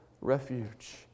refuge